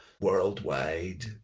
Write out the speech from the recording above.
worldwide